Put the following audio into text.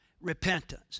repentance